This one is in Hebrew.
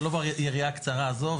זה לא ביריעה הקצרה הזו,